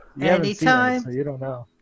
Anytime